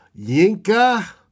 Yinka